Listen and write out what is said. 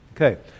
Okay